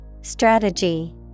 Strategy